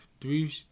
three